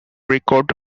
record